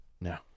No